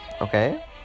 Okay